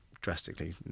drastically